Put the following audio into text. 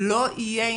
לא יהיה